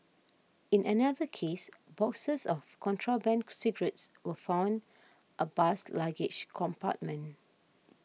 in another case boxes of contraband cigarettes were found a bus's luggage compartment